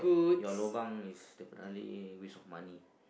your lobang is definitely waste of money